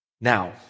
Now